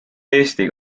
eesti